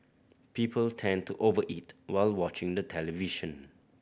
people tend to over eat while watching the television